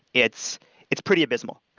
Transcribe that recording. it's it's pretty invisible.